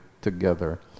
together